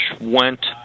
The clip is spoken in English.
went